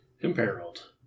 Imperiled